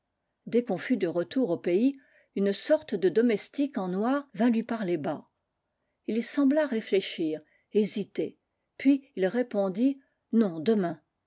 dès qu'on fut de retour au pays une sorte de domestique en noir vint lui parler bas il sembla réfléchir hésiter puis il répondit non demain